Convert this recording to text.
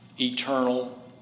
eternal